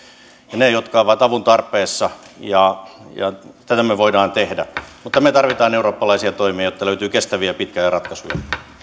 jotka ovat avun tarpeessa tätä me voimme tehdä mutta me tarvitsemme eurooppalaisia toimia jotta löytyy kestäviä ja pitkiä ratkaisuja